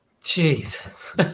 Jesus